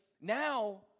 now